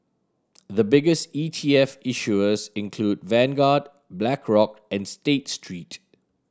the biggest E T F issuers include Vanguard Blackrock and State Street